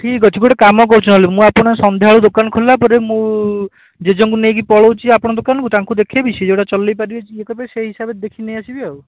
ଠିକ୍ ଅଛି ଗୋଟେ କାମ କରୁଛି ନହେଲେ ମୁଁ ଆପଣ ସନ୍ଧ୍ୟାବେଳୁ ଦୋକାନ ଖୋଲିଲା ପରେ ମୁଁ ଜେଜେଙ୍କୁ ନେଇକି ପଳାଉଛି ଆପଣଙ୍କ ଦୋକାନକୁ ତାଙ୍କୁ ଦେଖାଇବି ସିଏ ଯେଉଁଟା ଚଳାଇ ପାରିବେ ଇଏ କରିପାରିବେ ସେଇ ହିସାବରେ ଦେଖି ନେଇ ଆସିବି ଆଉ